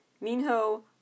Minho